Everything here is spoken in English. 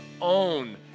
own